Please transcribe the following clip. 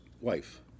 wife